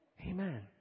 Amen